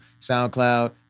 SoundCloud